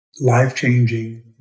life-changing